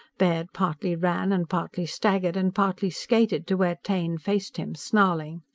baird partly ran and partly staggered and partly skated to where taine faced him, snarling.